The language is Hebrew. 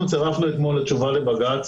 אנחנו צרפנו אתמול לתשובה לבג"ץ,